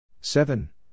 Seven